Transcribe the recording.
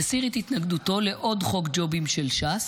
יסיר את התנגדותו לעוד חוק ג'ובים של ש"ס.